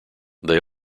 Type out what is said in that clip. they